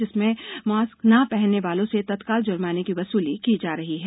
जिसमें मॉस्क न पहनने वालों से तत्काल जुर्माने की वसूली की जा रही है